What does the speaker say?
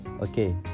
okay